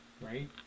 right